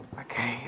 Okay